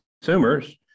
consumers